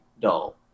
dull